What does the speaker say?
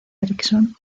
ericsson